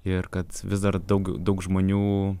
ir kad vis dar daug daug žmonių